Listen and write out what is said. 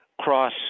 cross-